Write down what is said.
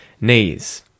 knees